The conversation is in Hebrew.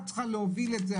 את צריכה להוביל את זה,